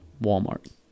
Walmart